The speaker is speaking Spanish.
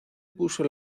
puso